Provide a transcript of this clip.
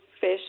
fish